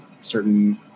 certain